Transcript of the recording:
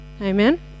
Amen